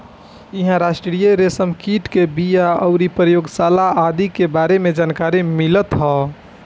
इहां राष्ट्रीय रेशम कीट के बिया अउरी प्रयोगशाला आदि के बारे में भी जानकारी मिलत ह